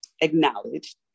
acknowledged